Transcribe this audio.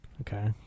Okay